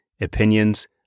opinions